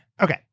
Okay